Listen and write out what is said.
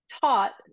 taught